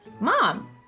Mom